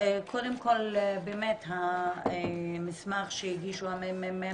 קודם כל המסמך שהגיש הממ"מ